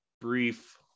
brief